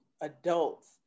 adults